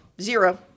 zero